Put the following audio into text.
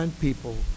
people